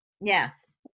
Yes